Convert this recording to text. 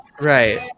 Right